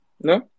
No